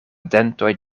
dentoj